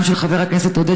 גם של חבר הכנסת עודד,